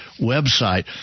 website